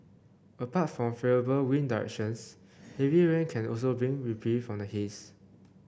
apart from favourable wind directions heavy rain can also bring reprieve from the haze